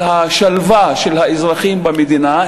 על השלווה של אזרחים במדינה,